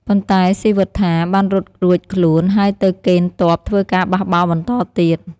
ប៉ុន្តែ ស៊ីវត្ថាបានរត់រួចខ្លួន ហើយទៅកេណ្ឌទ័ពធ្វើការបះបោរបន្តទៀត។